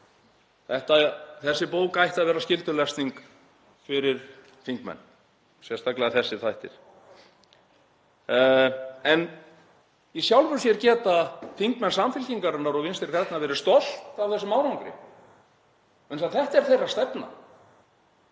Þessi bók ætti að vera skyldulesning fyrir þingmenn, sérstaklega þessir þættir. En í sjálfu sér geta þingmenn Samfylkingarinnar og Vinstri grænna verið stoltir af þessum árangri vegna þess að þetta er þeirra stefna.